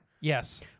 Yes